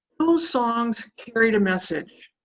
those songs carried a message.